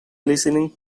listening